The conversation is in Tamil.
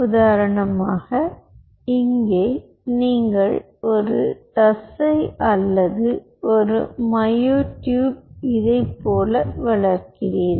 உதாரணமாக இங்கே நீங்கள் ஒரு தசை அல்லது ஒரு மையோ டியூப் இதைப் போல வளர்க்கிறீர்கள்